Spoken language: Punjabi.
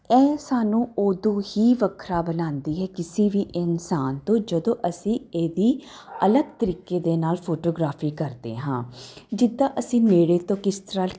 ਇਹ ਸਾਨੂੰ ਉਦੋਂ ਹੀ ਵੱਖਰਾ ਬਣਾਉਂਦੀ ਹੈ ਕਿਸੇ ਵੀ ਇਨਸਾਨ ਤੋਂ ਜਦੋਂ ਅਸੀਂ ਇਹਦੀ ਅਲੱਗ ਤਰੀਕੇ ਦੇ ਨਾਲ ਫੋਟੋਗ੍ਰਾਫੀ ਕਰਦੇ ਹਾਂ ਜਿੱਦਾਂ ਅਸੀਂ ਨੇੜੇ ਤੋਂ ਕਿਸ ਤਰ੍ਹਾਂ